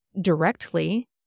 directly